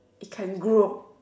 it can grow